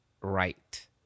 right